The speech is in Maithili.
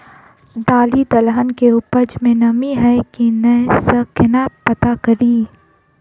दालि दलहन केँ उपज मे नमी हय की नै सँ केना पत्ता कड़ी?